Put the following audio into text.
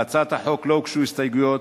להצעת החוק לא הוגשו הסתייגויות,